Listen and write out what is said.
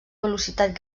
velocitat